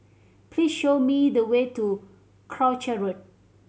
please show me the way to Croucher Road